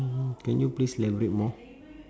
can you please elaborate more